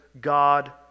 God